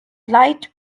light